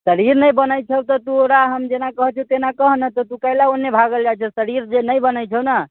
शरीर नहि बनै छौ तऽ तोरा हम जेना कहै छियै तेना कर ने तू कै लए ओन्ने भागल जाइ छै की शरीर जे नहि बनै छौ ना